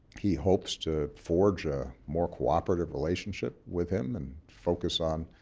he hopes to forge a more cooperative relationship with him and focus on